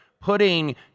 putting